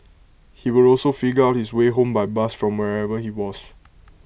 he would also figure out his way home by bus from wherever he was